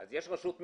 אז יש רשות מקומית.